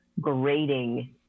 grading